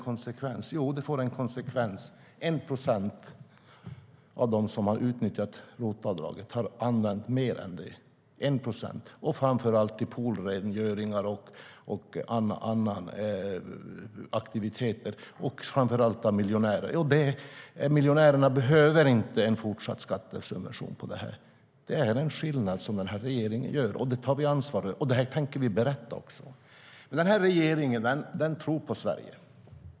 Och ja, det får en konsekvens: 1 procent av dem som har utnyttjat RUT-avdraget har använt mer än så, och då framför allt till poolrengöringar och andra aktiviteter och framför allt av miljonärer. Miljonärerna behöver inte en fortsatt skattesubvention av detta. Det är en skillnad som denna regering gör, och det tar vi ansvar för. Detta tänker vi också berätta. Den här regeringen tror på Sverige.